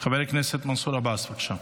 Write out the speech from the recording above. חבר הכנסת מנסור עבאס, בבקשה.